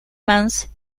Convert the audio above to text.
mans